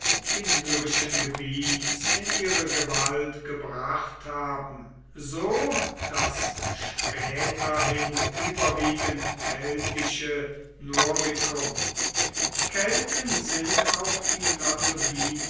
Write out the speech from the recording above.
illyrischen gebiets in ihre gewalt gebracht haben so das späterhin überwiegend keltische noricum kelten sind auch die